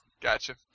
gotcha